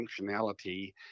functionality